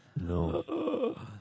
No